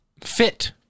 fit